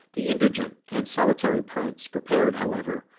the indigent and solitary prince prepared, however,